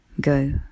go